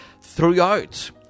Throughout